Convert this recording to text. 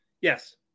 yes